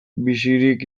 bizirik